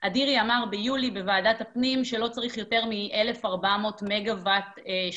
היא מנוסחת באופן כזה שאפשר להבין שאפשר לייצר בגז עד 4,000 מגה וואט.